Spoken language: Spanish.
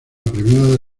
premiada